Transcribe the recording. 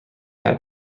had